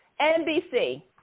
NBC